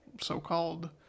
so-called